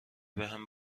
بهم